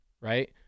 right